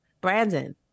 Brandon